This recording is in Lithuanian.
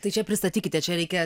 tai čia pristatykite čia reikia